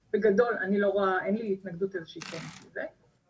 בגדול אין לי איזושהי התנגדות לזה, כן.